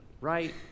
right